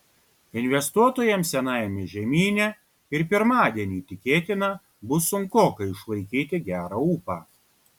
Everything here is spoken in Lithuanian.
investuotojams senajame žemyne ir pirmadienį tikėtina bus sunkoka išlaikyti gerą ūpą